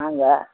வாங்க